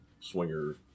swinger